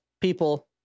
people